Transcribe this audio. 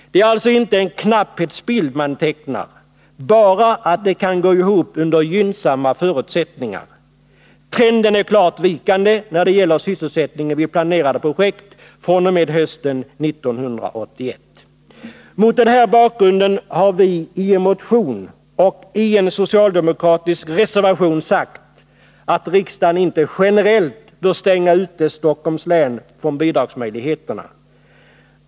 Det är alltså inte en knapphetsbild man tecknar, utan man säger bara att det kan gå ihop under gynnsamma förutsättningar. Trenden är klart vikande när det gäller sysselsättningen vid planerade projekt fr.o.m. hösten 1981. Mot den här bakgrunden har vi i en motion och i en socialdemokratisk reservation sagt att riksdagen inte generellt bör stänga ute Stockholms län från bidragsmöjligheterna.